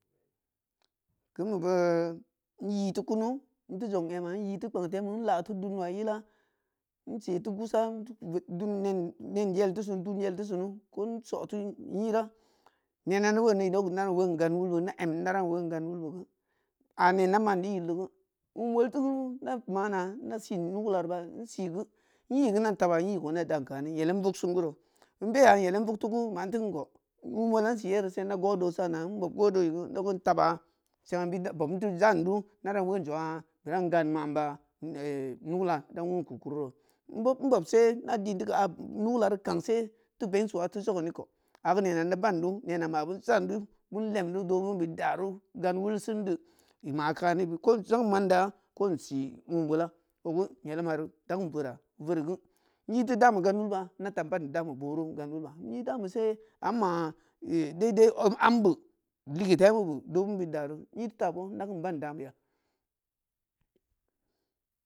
Ƙin bi boo in yin ti kumu in ti jun yemu in yin ti pkum tem in iāa ti duwa yillā in sey ti guusa dun nen yeltu suūnu ko nsū yira nen̄a nda wun du gan wulburu inda em du wu gān wulburu e ā yin du jn dā mann̄ yildigū in wil turu indān ma n̄a inda spn̄ nugulā diba nsēe gu inyi gu in̄ dan taɓāa inyi gu indān da na yelim wug sen gurō. In bēya yelim vug tigun yu maān tikum kū wulan inn seē yero sai nda gwo joō saāna nbob ywo doō e gū ndakum tabā sun ā bob nti jan dūu ndan won jonaā bi dan gan man nu gul da wun ku kuro ro, n bob sen nda din ki āa nugulāa kan sa ti bengsuwa ti jokoni ko, agu nena nda bun di ko, nena ma bun san di ko bun lemya nenu doō bun buro gan wul sen da- bu ma kani bu baā ko nsang mandō ko nsee wom wula yelim āa di da kun wotra, wotru gu nyi ti da mu gan wulbē inda ta idan damui boro ba, nyi da me see ua inma dadai hambe leguu temu bu doō bod bu duru nyi ti ta guū nda ban da maiya.